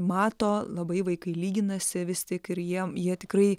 mato labai vaikai lyginasi vis tik ir jiem jie tikrai